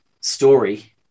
story